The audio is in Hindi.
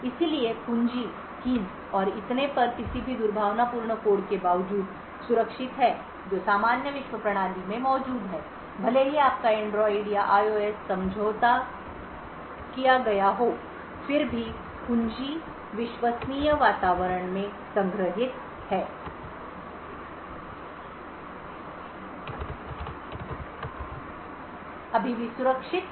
इसलिए कुंजी और इतने पर किसी भी दुर्भावनापूर्ण कोड के बावजूद सुरक्षित है जो सामान्य विश्व प्रणाली में मौजूद है भले ही आपका एंड्रॉइड या आईओएस IOS समझौता किया गया हो फिर भी कुंजी विश्वसनीय वातावरण में संग्रहीत है अभी भी सुरक्षित है